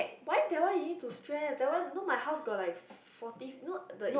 why that one you need to stress that one know my house got like f~ forty you know the in